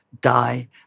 die